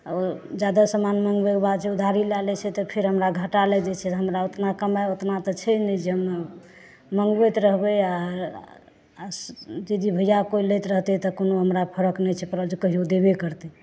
आ जादा समान मँगबै कऽ बाद जे उधारी लए लै छै तऽ फेर हमरा घाटा लागि जाइत छै हमरा ओतना कमाय ओतना तऽ छै नहि जे हम मँगबैत रहबै आ आ जे जे भैया केओ लैत रहतै तऽ कोनो हमरा फरक नहि छै जे कहियो देबे करतै